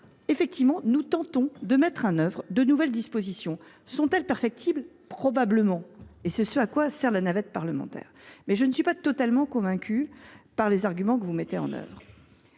C’est pourquoi nous tentons de mettre en œuvre de nouvelles dispositions. Sont elles perfectibles ? Probablement, et c’est tout l’intérêt de la navette parlementaire, mais je ne suis pas totalement convaincue par les arguments que vous nous